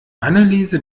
anneliese